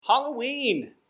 Halloween